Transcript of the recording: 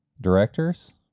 directors